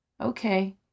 Okay